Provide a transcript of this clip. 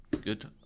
Good